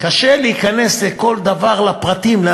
קשה להיכנס בכל דבר לפרטים.